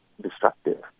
destructive